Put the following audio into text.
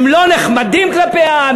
הם לא נחמדים כלפי העם?